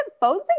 Phones